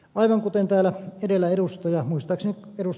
aivan kuten täällä edellä muistaakseni ed